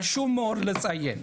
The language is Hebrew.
חשוב מאוד לציין,